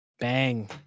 Bang